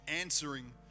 answering